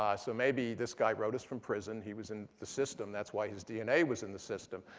um so maybe this guy wrote us from prison. he was in the system. that's why his dna was in the system.